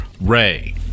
Ray